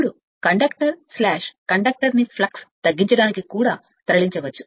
ఇప్పుడు వాహకం స్లాష్ వాహకాలని ఫ్లక్స్ తగ్గించడానికి కూడా తరలించవచ్చు